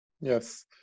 Yes